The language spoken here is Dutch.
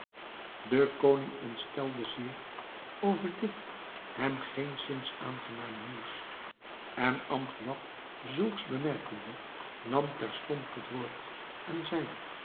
de koning ontstelde zeer over dit hem geenszins aangename nieuws en amgiad zulks bemerkende nam terstond het woord en zeide